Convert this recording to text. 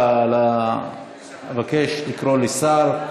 אבקש לקרוא לשר.